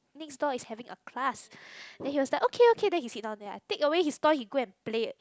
next door is having a class then he was like okay okay then he sit down there I take away his toy he go and play